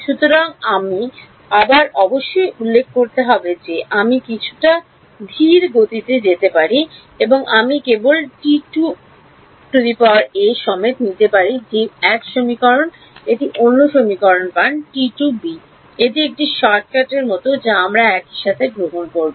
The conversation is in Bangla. সুতরাং আমি আবার অবশ্যই উল্লেখ করতে হবে যে আমি কিছুটা ধীর গতিতে যেতে পারি আমি কেবল সমেত নিতে পারি যে 1 সমীকরণ একটি অন্য সমীকরণ পান এটি একটি শর্টকাটের মতো যা আমরা একই সাথে গ্রহণ করব